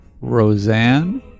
Roseanne